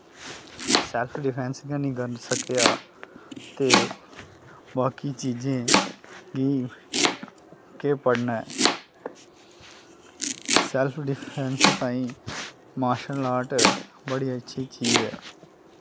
self defence गै निं कर सकेआ ते बाकि चीजें गी केह् पढ़ना ऐ सैल्फ डिफैंस ताईं मार्शल आर्ट बड़ी अच्छी चीज ऐ